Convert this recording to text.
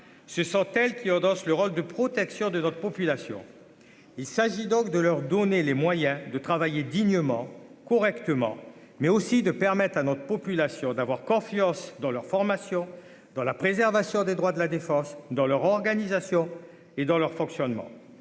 ce sont elles qui endosse le rôle de protection de notre population, il s'agit donc de leur donner les moyens de travailler dignement correctement, mais aussi de permettre à notre population, d'avoir confiance dans leur formation dans la préservation des droits de la défense dans leur organisation et dans leur fonctionnement,